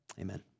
amen